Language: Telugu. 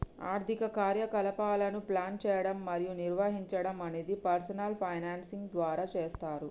ఆర్థిక కార్యకలాపాలను ప్లాన్ చేయడం మరియు నిర్వహించడం అనేది పర్సనల్ ఫైనాన్స్ ద్వారా చేస్తరు